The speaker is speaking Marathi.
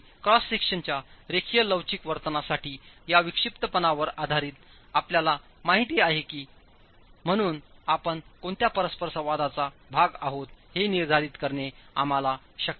आणि क्रॉस सेक्शनच्या रेखीय लवचिक वर्तनासाठी या विक्षिप्तपणा वर आधारित आपल्याला माहिती आहे म्हणून आपण कोणत्या परस्परसंवादाचा भाग आहोत हे निर्धारित करणे आम्हाला शक्य आहे